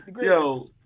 Yo